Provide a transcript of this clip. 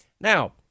Now